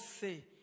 say